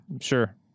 sure